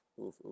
oof